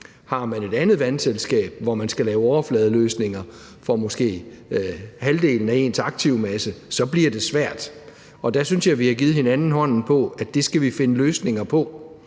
Har man et andet vandselskab, hvor man skal lave overfladeløsninger for måske halvdelen af ens aktivmasse, så bliver det svært, og der synes jeg, vi har givet hinanden hånden på, at det skal vi finde løsninger på.